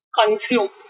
consume